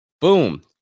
Boom